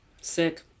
Sick